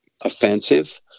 offensive